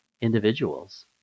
individuals